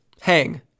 Hang